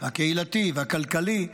הקהילתי והכלכלי,